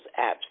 apps